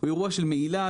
הוא אירוע של מעילה,